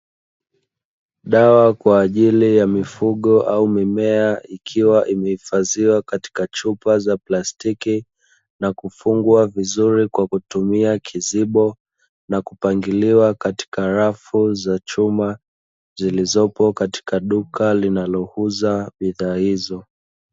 Dawa kwa ajili ya mifugo au mimea, ikiwa imehifadhiwa katika chupa za plastiki, na kufungwa vizuri kwa kutumia kizibo na kupangiliwa katika rafu za chuma zilizopo katika duka linalouza bidhaa hizo.